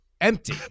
empty